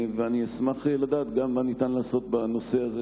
אשמח לדעת גם מה ניתן לעשות בנושא הזה,